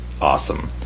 Awesome